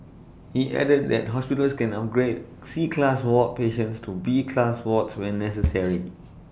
he added that hospitals can upgrade C class ward patients to B class wards when necessary